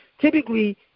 typically